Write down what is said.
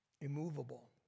immovable